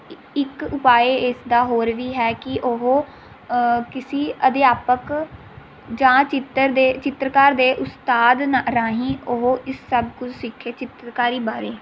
ਇੱਕ ਉਪਾਅ ਇਸ ਦਾ ਹੋਰ ਵੀ ਹੈ ਕਿ ਉਹ ਕਿਸੀ ਅਧਿਆਪਕ ਜਾਂ ਚਿੱਤਰ ਦੇ ਚਿੱਤਰਕਾਰ ਦੇ ਉਸਤਾਦ ਰਾਹੀਂ ਉਹ ਇਸ ਸਭ ਕੁੱਝ ਸਿੱਖੇ ਚਿੱਤਰਕਾਰੀ ਬਾਰੇ